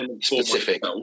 specific